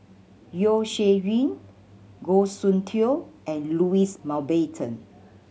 Yeo Shih Yun Goh Soon Tioe and Louis Mountbatten